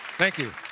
thank you.